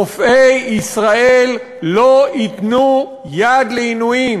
רופאי ישראל לא ייתנו יד לעינויים.